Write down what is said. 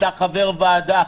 אוסאמה, אתה חבר ועדה.